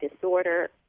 disorder